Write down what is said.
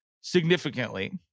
significantly